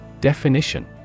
Definition